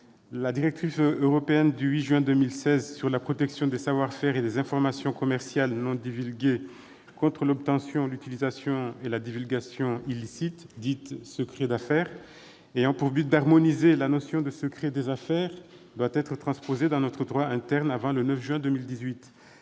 la directive européenne du 8 juin 2016 sur la protection des savoir-faire et des informations commerciales non divulgués contre l'obtention, l'utilisation et la divulgation illicites, dite « secrets d'affaires », ayant pour but d'harmoniser la notion de secret des affaires, doit être transposée dans notre droit interne avant le 9 juin 2018.